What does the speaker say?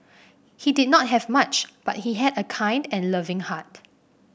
he did not have much but he had a kind and loving heart